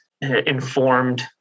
informed